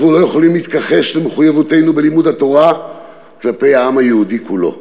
אנחנו לא יכולים להתכחש למחויבותנו בלימוד התורה כלפי העם היהודי כולו.